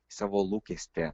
savo lūkestį